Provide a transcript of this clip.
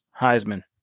Heisman